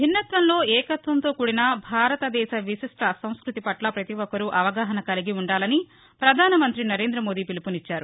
భిన్నత్వంలో ఏకత్వంతో కూడిన భారతదేశ విశిష్ట సంస్మతి పట్ల పతి ఒక్కరూ అవగాహన కలిగి వుండాలని ప్రధానమంతి నరేంద్రమోదీ పిలుపునిచ్చారు